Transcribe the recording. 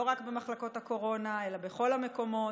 לא רק במחלקות הקורונה אלא בכל המקומות,